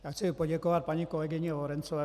Já chci poděkovat paní kolegyni Lorencové.